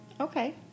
Okay